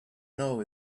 know